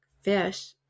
fish